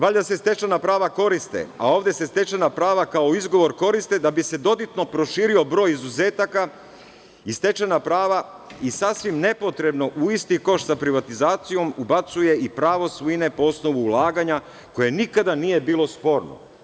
Valjda se stečena prava koriste, a ovde se stečena prava kao izgovor koriste da bi se dobitno proširio broj izuzetaka i stečena prava i sasvim nepotrebno u isti koš sa privatizacijom ubacuje i pravo svojine po osnovu ulaganja koje nikada nije bilo sporno.